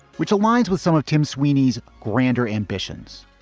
which aligns with some of tim sweeney's grander ambitions.